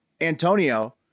Antonio